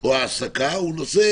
או ההעסקה הוא נושא